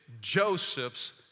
Joseph's